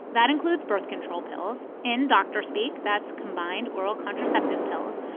that includes birth control pills. in doctor speak, that's combined oral contraceptive pills,